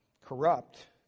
corrupt